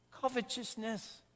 covetousness